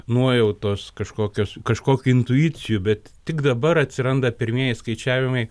nuojautos kažkokios kažkokių intuicijų bet tik dabar atsiranda pirmieji skaičiavimai